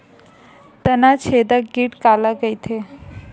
तनाछेदक कीट काला कइथे?